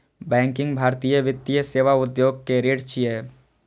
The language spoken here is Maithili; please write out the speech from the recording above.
बैंकिंग भारतीय वित्तीय सेवा उद्योग के रीढ़ छियै